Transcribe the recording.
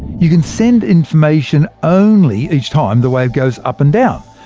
you can send information only each time the wave goes up and down.